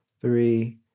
three